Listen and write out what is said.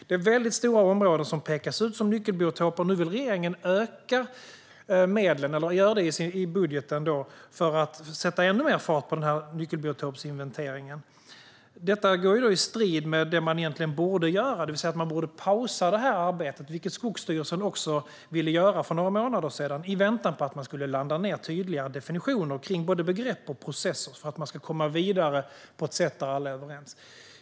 Det är stora områden som pekas ut som nyckelbiotoper, och nu vill regeringen öka medlen, och gör också detta i budgeten, för att sätta ännu mer fart på nyckelbiotopsinventeringen. Detta står i strid med det man egentligen borde göra, det vill säga pausa arbetet, vilket Skogsstyrelsen också ville göra för några månader sedan i väntan på att man skulle landa ned tydligare definitioner kring både begrepp och processer för att komma vidare på ett sätt där alla är överens.